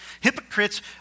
Hypocrites